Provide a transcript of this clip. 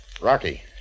Rocky